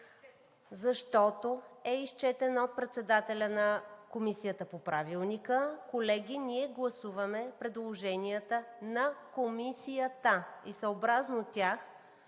защото е изчетен от председателя на Комисията по Правилника. Колеги, ние гласуваме предложенията на Комисията и съобразно тях